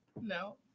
no